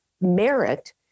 merit